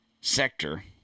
sector